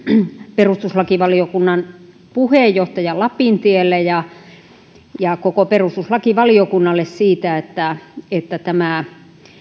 perustuslakivaliokunnan puheenjohtaja lapintielle ja koko perustuslakivaliokunnalle siitä että että tämä